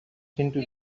into